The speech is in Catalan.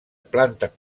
planta